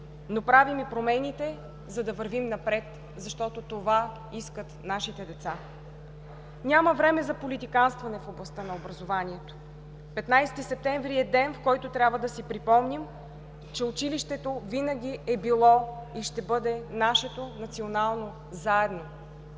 Но правим и промените, за да вървим напред, защото това искат нашите деца. Няма време за политиканстване в областта на образованието. Петнайсети септември е ден, в който трябва да си припомним, че училището винаги е било и ще бъде нашето национално заедно.